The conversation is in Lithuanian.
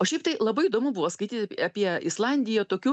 o šiaip tai labai įdomu buvo skaityti apie islandiją tokiu